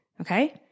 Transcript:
Okay